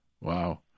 Wow